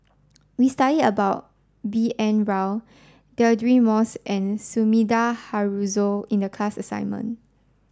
we studied about B N Rao Deirdre Moss and Sumida Haruzo in the class assignment